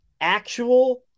actual